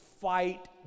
fight